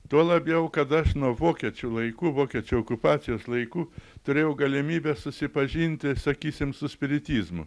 tuo labiau kad aš nuo vokiečių laikų vokiečių okupacijos laikų turėjau galimybę susipažinti sakysim su spiritizmu